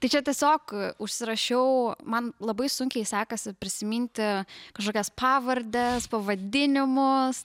tai čia tiesiog užsirašiau man labai sunkiai sekasi prisiminti kažkokias pavardes pavadinimus